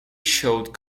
showed